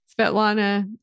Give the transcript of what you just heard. Svetlana